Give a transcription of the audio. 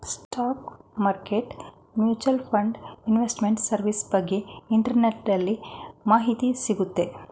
stock market mutual fund investment service ಬಗ್ಗೆ ಇಂಟರ್ನೆಟ್ಟಲ್ಲಿ ಮಾಹಿತಿ ಸಿಗುತ್ತೆ